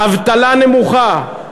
האבטלה נמוכה,